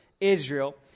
Israel